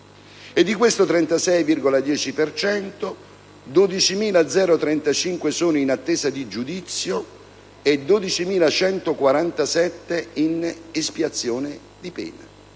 Di questo 36,10 per cento, 12.035 sono in attesa di giudizio e 12.147 in espiazione di pena: